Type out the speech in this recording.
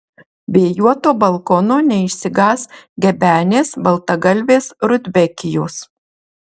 vėjuoto balkono neišsigąs gebenės baltagalvės rudbekijos